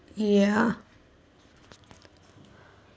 ya